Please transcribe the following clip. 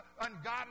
ungodly